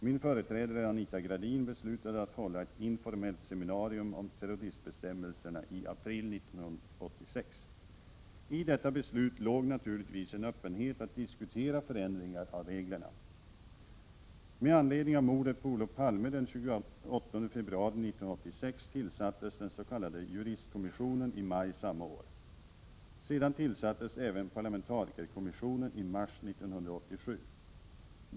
Min företrädare Anita Gradin beslutade att hålla ett informellt seminarium om terroristbestämmelserna i april 1986. I detta beslut låg naturligtvis en öppenhet att diskutera förändringar av reglerna. Med anledning av mordet på Olof Palme den 28 februari 1986 tillsattes den s.k. juristkommissionen i maj samma år. Sedan tillsattes även parlamentarikerkommissionen i mars 1987.